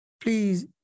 please